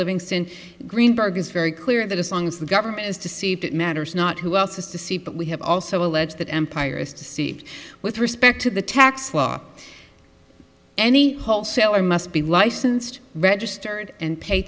livingston greenberg is very clear that as long as the government is to see if it matters not who else is to see but we have also alleged that empire is to see with respect to the tax law any wholesaler must be licensed registered and pay